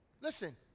Listen